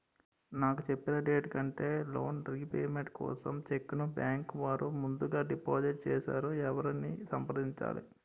నాకు చెప్పిన డేట్ కంటే లోన్ రీపేమెంట్ కోసం చెక్ ను బ్యాంకు వారు ముందుగా డిపాజిట్ చేసారు ఎవరిని సంప్రదించాలి?